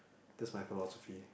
that's my philosophy